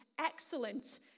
excellent